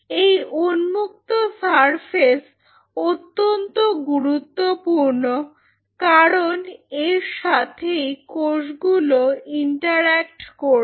এই উন্মুক্ত সারফেস অত্যন্ত গুরুত্বপূর্ণ কারণ এর সাথেই কোষগুলো ইন্টারঅ্যাক্ট করবে